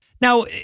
Now